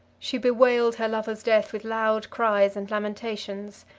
she bewailed her lover's death with loud cries and lamentations,